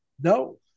No